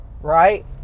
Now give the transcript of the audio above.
right